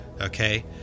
Okay